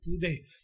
today